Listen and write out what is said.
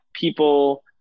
people